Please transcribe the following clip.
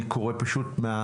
אני קורא מהסיכום,